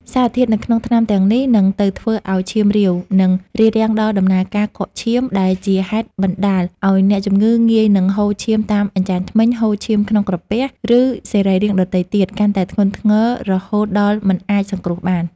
សារធាតុនៅក្នុងថ្នាំទាំងនេះនឹងទៅធ្វើឱ្យឈាមរាវ និងរារាំងដល់ដំណើរការកកឈាម ដែលជាហេតុបណ្តាលឱ្យអ្នកជំងឺងាយនឹងហូរឈាមតាមអញ្ចាញធ្មេញ ហូរឈាមក្នុងក្រពះ ឬសរីរាង្គដទៃទៀត កាន់តែធ្ងន់ធ្ងររហូតដល់មិនអាចសង្គ្រោះបាន។